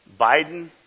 Biden